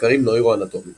ומחקרים נוירואנטומיים